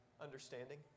understanding